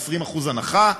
20% הנחה,